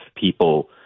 people